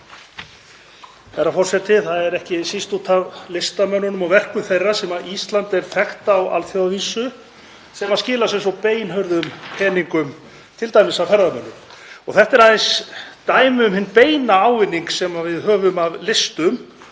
Það er ekki síst út af listamönnum og verkum þeirra sem Ísland er þekkt á alþjóðavísu sem skilar sér í beinhörðum peningum, t.d. af ferðamönnum. Þetta er aðeins dæmi um hinn beina ávinning sem við höfum af listum